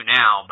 now